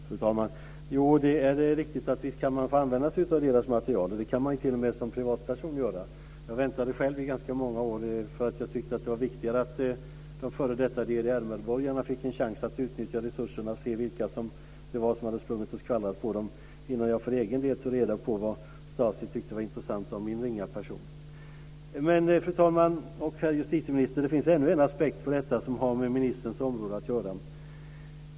Fru talman! Det är riktigt. Visst kan man få använda sig av deras material. Det kan man t.o.m. göra som privatperson. Jag väntade själv i ganska många år, för jag tyckte att det var viktigare att de f.d. DDR medborgarna fick en chans att utnyttja resurserna och se vilka det var som hade sprungit och skvallrat på dem, innan jag för egen del tog reda på vad STASI tyckte var intressant om min ringa person. Fru talman! Herr justitieminister! Det finns ännu en aspekt på detta som har med ministerns område att göra.